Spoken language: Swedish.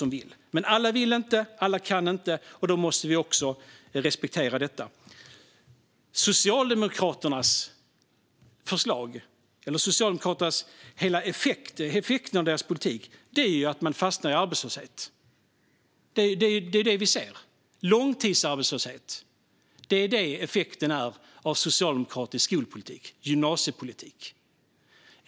Men alla vill inte och alla kan inte. Det måste vi respektera. Hela effekten av Socialdemokraternas politik är att man fastnar i arbetslöshet. Det är ju det vi ser. Långtidsarbetslöshet är effekten av socialdemokratisk skolpolitik och gymnasiepolitik.